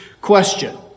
question